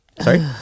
sorry